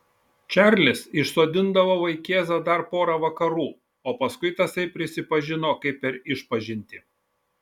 čarlis išsodindavo vaikėzą dar pora vakarų o paskui tasai prisipažino kaip per išpažintį